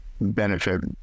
benefit